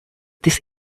this